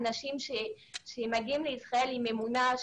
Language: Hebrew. אנשים שמגיעים לישראל עם אמונה,